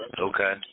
Okay